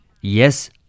Yes